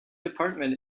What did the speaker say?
department